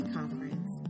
Conference